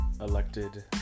elected